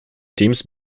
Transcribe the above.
teams